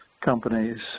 companies